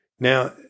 Now